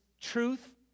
truth